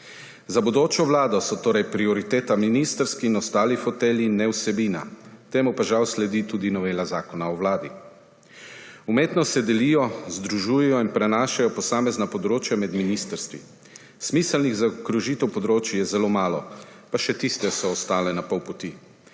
Za bodočo vlado so torej prioriteta ministrski in ostali fotelji in ne vsebina, temu pa žal sledi tudi novela Zakona o Vladi. Umetno se delijo, združujejo in prenašajo posamezna področja med ministrstvi. Smiselnih zaokrožitev področij je zelo malo, pa še tiste so ostale na pol poti.